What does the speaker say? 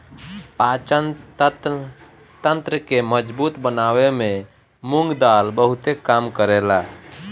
पाचन तंत्र के मजबूत बनावे में मुंग दाल बहुते काम करेला